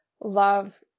love